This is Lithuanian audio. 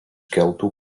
keltų